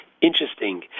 Interesting